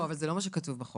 לא, אבל זה לא מה שכתוב בחוק.